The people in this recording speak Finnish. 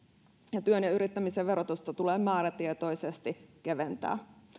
ja työn ja yrittämisen verotusta tulee määrätietoisesti keventää